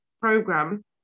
program